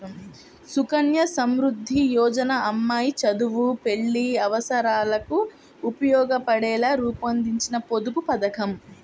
సుకన్య సమృద్ధి యోజన అమ్మాయి చదువు, పెళ్లి అవసరాలకు ఉపయోగపడేలా రూపొందించిన పొదుపు పథకం